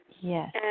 Yes